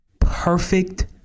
perfect